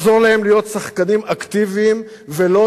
עזור להם להיות שחקנים אקטיביים ולא